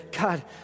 God